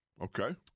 Okay